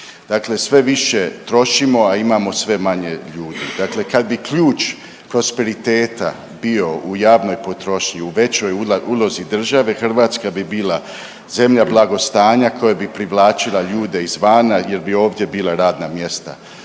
Dakle, sve više trošimo, a imamo sve manje ljudi. Dakle, kad bi ključ prosperiteta bio u javnoj potrošnji u većoj ulozi države Hrvatska bi bila zemlja blagostanja koja bi privlačila ljude izvana jer bi ovdje bila radna mjesta.